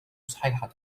صحيحة